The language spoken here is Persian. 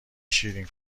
شیرین